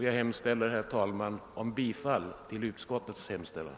Jag hemställer således, herr talman, om bifall till utskottets hemställan.